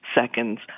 seconds